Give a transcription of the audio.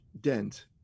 dent